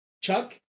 Chuck